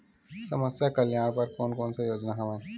समस्या कल्याण बर कोन कोन से योजना हवय?